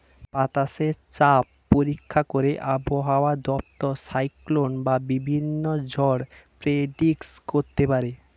বাতাসে চাপ পরীক্ষা করে আবহাওয়া দপ্তর সাইক্লোন বা বিভিন্ন ঝড় প্রেডিক্ট করতে পারে